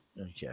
Okay